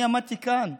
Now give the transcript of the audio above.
אני עמדתי כאן,